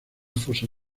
fosa